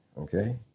Okay